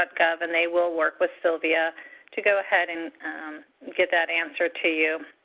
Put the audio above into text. but gov and they will work with silvia to go ahead and get that answer to you.